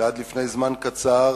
ועד לפני זמן קצר